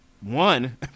one